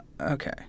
Okay